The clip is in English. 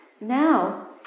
Now